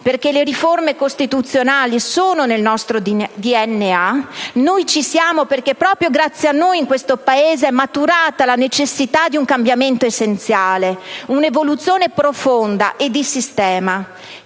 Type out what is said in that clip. perché le riforme costituzionali sono nel nostro DNA. Noi ci siamo perché, proprio grazie a noi, in questo Paese è maturata la necessità di un cambiamento essenziale: un'evoluzione profonda e di sistema.